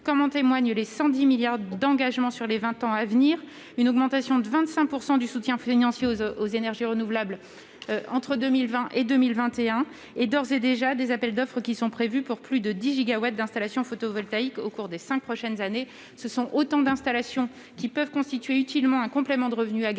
comme en témoignent les 110 milliards d'euros d'engagements sur les vingt ans à venir, l'augmentation de 25 % du soutien financier aux énergies renouvelables entre 2020 et 2021 et des appels d'offres d'ores et déjà prévus pour plus de 10 gigawatts d'installations photovoltaïques au cours des cinq prochaines années. Ce sont autant d'installations qui peuvent constituer utilement un complément de revenu agricole